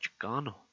Chicano